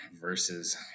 versus